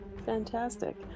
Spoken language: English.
Fantastic